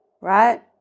right